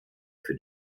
für